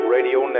Radio